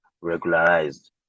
regularized